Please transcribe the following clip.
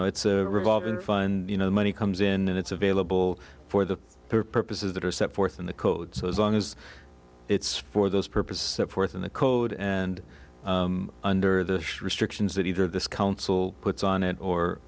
know it's a revolving fund you know the money comes in and it's available for the purposes that are set forth in the code so as long as it's for those purposes set forth in the code and under the restrictions that either this council puts on it or